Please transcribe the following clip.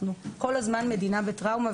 אנחנו כל הזמן מדינה בטראומה,